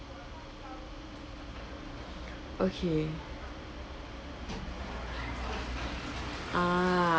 okay ah